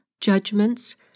judgments